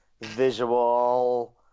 Visual